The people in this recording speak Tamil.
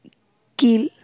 கீழ்